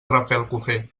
rafelcofer